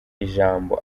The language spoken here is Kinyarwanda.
ijambo